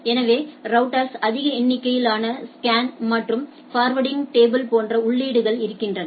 எனவே ரௌட்டர்ஸ்க்கு அதிக எண்ணிக்கையில் ஆன ஸ்கேன் மற்றும் ஃபார்வர்டிங் டேபிள் போன்ற உள்ளீடுகள் இருக்கின்றன